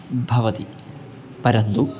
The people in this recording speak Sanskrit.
भवति परन्तु